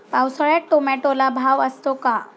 पावसाळ्यात टोमॅटोला भाव असतो का?